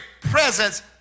presence